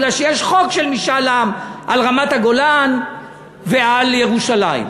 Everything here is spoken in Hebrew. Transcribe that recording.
בגלל שיש חוק של משאל עם על רמת-הגולן ועל ירושלים.